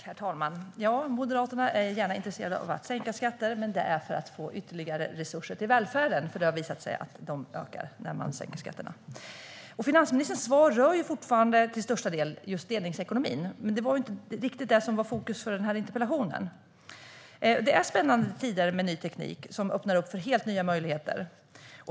Herr talman! Ja, Moderaterna är intresserade av att sänka skatter, men det är för att man ska få ytterligare resurser till välfärden. Det har nämligen visat sig att de ökar när man sänker skatterna. Finansministerns svar rör fortfarande till största del just delningsekonomin. Men det var inte riktigt det som var i fokus i interpellationen. Det är spännande tider med ny teknik som öppnar för helt nya möjligheter.